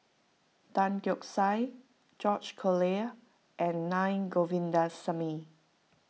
Tan Keong Saik George Collyer and Naa Govindasamy